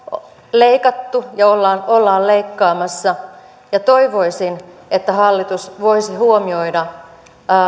leikattu ja ollaan ollaan leikkaamassa ja toivoisin että hallitus voisi huomioida